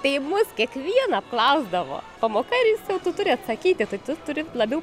tai mus kiekvieną apklausdavo pamoka ir jis jau turi atsakyti tai tu turi labiau